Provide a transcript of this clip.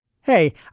Hey